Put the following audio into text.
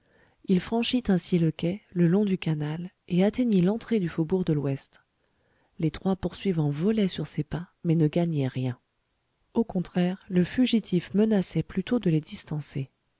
il franchit ainsi le quai le long du canal et atteignit l'entrée du faubourg de l'ouest les trois poursuivants volaient sur ses pas mais ne gagnaient rien au contraire le fugitif menaçait plutôt de les distancer